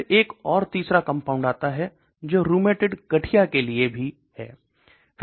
फिर एक और तीसरा कंपाउंड आता है जो रुमेटीइड गठिया के लिए भी है